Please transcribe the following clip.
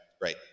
great